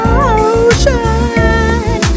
ocean